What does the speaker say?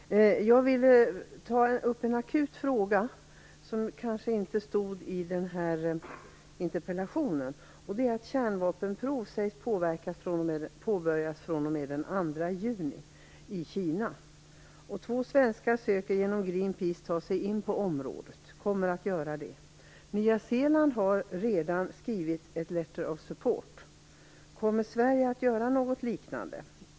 Fru talman! Jag vill ta upp en akut fråga som inte fanns med i interpellationen. Det gäller att kärnvapenprov sägs påbörjas från den 2 juni i Kina. Två svenskar kommer genom Greenpeace att ta sig in på området. Nya Zeeland har redan skrivit a letter of support. Kommer Sverige att göra något liknande?